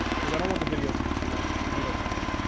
because i don't want the video to be too long, we do that too much.